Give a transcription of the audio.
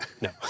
No